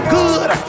good